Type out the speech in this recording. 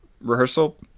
rehearsal